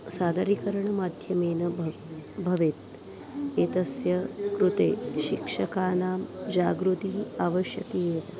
सादरीकरणमाध्यमेन भव भवेत् एतस्य कृते शिक्षकाणां जागृतिः आवश्यकी